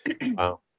Wow